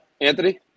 Anthony